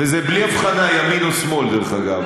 וזה בלי הבחנה של ימין ושמאל, דרך אגב.